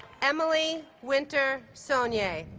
emily winter saulnier